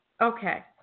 Okay